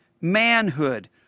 manhood